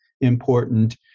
important